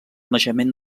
naixement